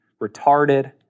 retarded